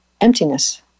emptiness